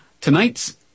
tonight's